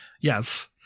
yes